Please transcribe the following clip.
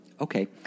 Okay